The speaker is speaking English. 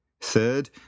Third